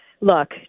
look